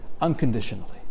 unconditionally